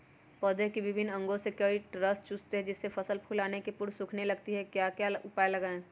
पौधे के विभिन्न अंगों से कीट रस चूसते हैं जिससे फसल फूल आने के पूर्व सूखने लगती है इसका क्या उपाय लगाएं?